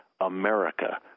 America